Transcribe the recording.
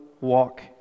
walk